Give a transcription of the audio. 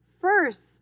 First